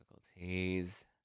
difficulties